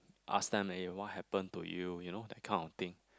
ask them eh what happened to you you know that kind of thing